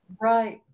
Right